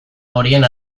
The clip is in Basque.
horien